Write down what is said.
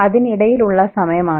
അതിനിടയിൽ ഉള്ള സമയമാണ്